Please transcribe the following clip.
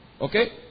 Okay